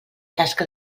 tasca